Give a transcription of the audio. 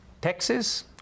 Texas